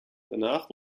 danach